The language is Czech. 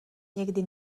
někdy